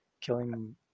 killing